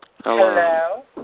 Hello